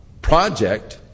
project